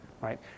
right